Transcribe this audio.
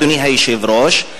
אדוני היושב-ראש,